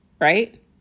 Right